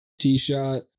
T-Shot